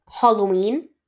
Halloween